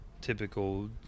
typical